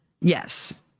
yes